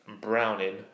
Browning